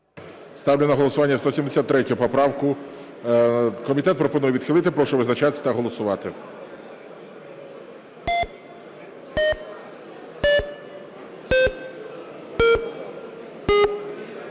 Ставлю на голосування 173 поправку. Комітет пропонує відхилити. Прошу визначатися та голосувати.